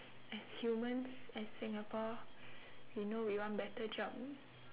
as humans as singapore we know we want better job